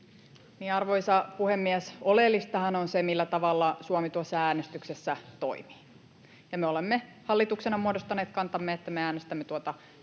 Arvoisa puhemies! Oleellistahan on se, millä tavalla Suomi tuossa äänestyksessä toimii. Ja me olemme hallituksena muodostaneet kantamme, että me äänestämme tuota